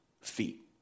feet